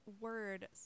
word